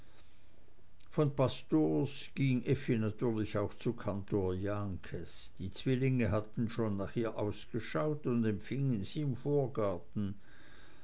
von pastors ging effi natürlich auch zu kantor jahnkes die zwillinge hatten schon nach ihr ausgeschaut und empfingen sie im vorgarten